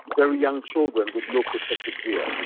very young children with no protective gear.